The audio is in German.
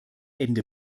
ende